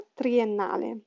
triennale